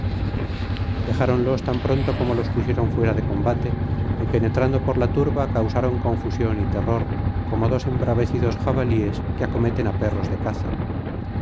dejáronlos tan pronto como los pusieron fuera de combate y penetrando por la turba causaron confusión y terror como dos embravecidos jabalíes que acometen á perros de caza